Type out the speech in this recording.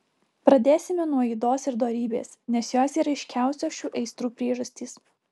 pradėsime nuo ydos ir dorybės nes jos yra aiškiausios šių aistrų priežastys